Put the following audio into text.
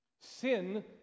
Sin